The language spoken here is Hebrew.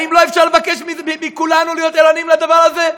האם אי-אפשר לבקש מכולנו להיות ערניים לדבר הזה?